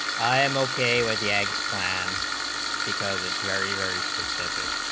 i'm ok with yanks planned because it's very very specific